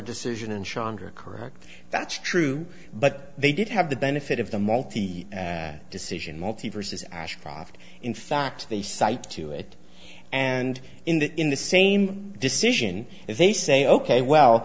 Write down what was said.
shondra correct that's true but they did have the benefit of the multi and decision multi versus ashcroft in fact they cite to it and in the in the same decision if they say ok well